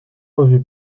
revu